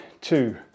two